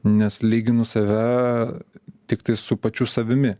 nes lyginu save tiktai su pačiu savimi